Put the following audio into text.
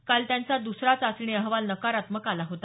काल त्यांचा दुसरा चाचणी अहवाल नकारात्मक आला होता